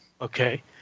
Okay